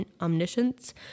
omniscience